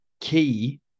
key